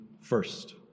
first